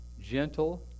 gentle